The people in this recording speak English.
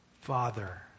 father